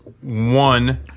one